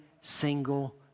single